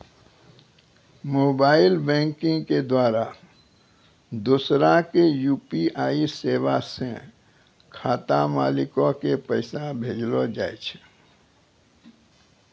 mobile banking के द्वारा दोसरा के यू.पी.आई सेबा से खाता मालिको के पैसा भेजलो जाय छै